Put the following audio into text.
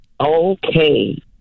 Okay